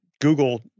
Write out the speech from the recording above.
google